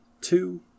two